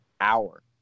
hour